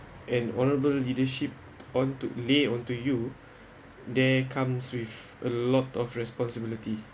an honourable leadership onto lay onto you there comes with a lot of responsibility